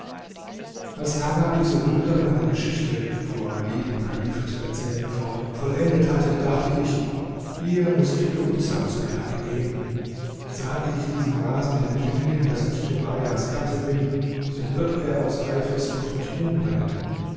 als tarad diese wunderbare geschichte fuhr ali dem kalifen zu erzählen fort vollendet hatte dachte ich hier muß ich behutsam zu werke gehen sage ich diesem rasenden jüngling daß ich turajas gatte bin so wird er aus eifersucht mich umbringen